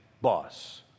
boss